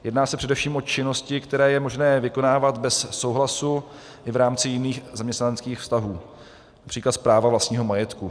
Jedná se především o činnosti, které je možné vykonávat bez souhlasu i v rámci jiných zaměstnaneckých vztahů například správa vlastního majetku.